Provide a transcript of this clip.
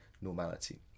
normality